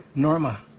norma,